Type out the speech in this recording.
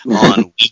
on